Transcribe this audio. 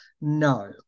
no